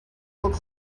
will